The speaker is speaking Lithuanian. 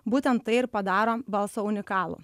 būtent tai ir padaro balsą unikalų